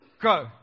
Go